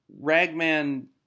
Ragman